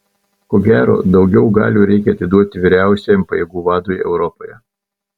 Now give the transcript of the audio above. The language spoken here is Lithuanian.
ko gero daugiau galių reikia atiduoti vyriausiajam pajėgų vadui europoje